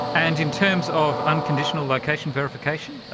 and in terms of unconditional location verification?